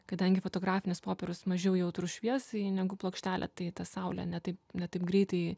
kadangi fotografinis popierius mažiau jautrus šviesai negu plokštelė tai ta saulė ne taip ne taip greitai